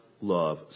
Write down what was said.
love